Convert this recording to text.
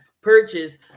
purchase